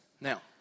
Now